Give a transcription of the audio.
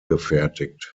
gefertigt